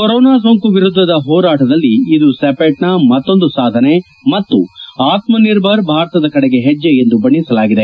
corona ಸೋಂಕು ವಿರುದ್ದದ ಹೋರಾಟದಲ್ಲಿ ಇದು ಸಿಪೆಟ್ನ ಮತ್ತೊಂದು ಸಾಧನೆ ಮತ್ತು ಆತ್ಸನಿರ್ಭರ್ ಭಾರತ್ತದ ಕಡೆಗೆ ಹೆಜ್ಜೆ ಎಂದು ಬಣ್ಣಿಸಲಾಗಿದೆ